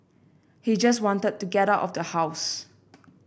he just wanted to get out of the house